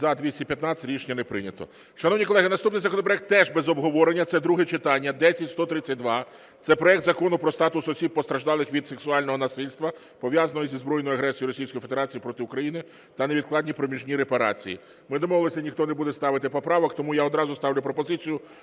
За-215 Рішення не прийнято. Шановні колеги, наступний законопроект теж без обговорення, це друге читання, 10132 – це проект Закону про статус осіб, постраждалих від сексуального насильства, пов’язаного зі збройною агресією Російської Федерації проти України, та невідкладні проміжні репарації. Ми домовилися, ніхто не буде ставити поправок, тому я одразу ставлю пропозицію